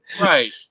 Right